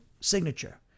signature